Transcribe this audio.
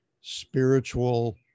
spiritual